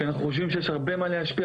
כי אנחנו חושבים שיש להם הרבה מה להשפיע